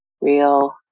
Real